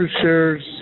shares